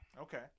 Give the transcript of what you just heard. Okay